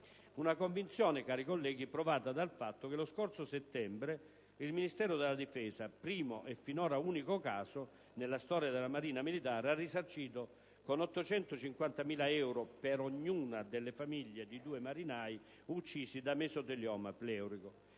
Una convinzione, cari colleghi, provata dal fatto che lo scorso settembre il Ministero della difesa, primo e finora unico caso nella storia della Marina militare, ha risarcito con 850.000 euro (per ognuna) le famiglie di due marinai uccisi da mesotelioma pleurico,